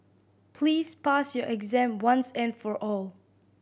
please pass your exam once and for all